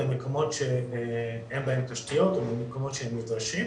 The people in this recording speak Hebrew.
למקומות שאין בהם תשתיות הו במקומות בהם הם נדרשים.